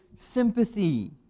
Sympathy